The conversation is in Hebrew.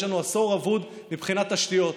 יש לנו עשור אבוד מבחינת תשתיות,